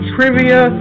Trivia